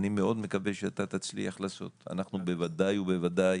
בוודאי ובוודאי,